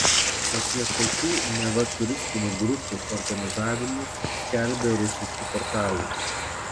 apie tokių neva turistinių grupių organizavimus skelbė rusiški portalai